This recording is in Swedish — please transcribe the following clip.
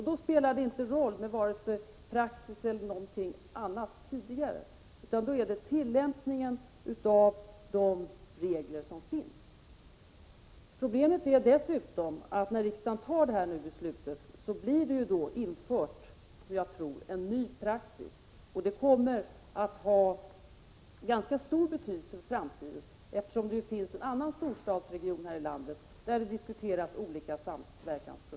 Då spelar det inte någon roll hur vare sig praxis eller någonting annat har varit tidigare, utan då gäller tillämpningen av de regler som finns. Problemet är dessutom att när riksdagen nu fattar det här beslutet införs — skulle jag tro — en ny praxis. Det kommer att ha ganska stor betydelse för framtiden, eftersom det ju finns en annan storstadsregion här i landet där olika samverkansprojekt diskuteras.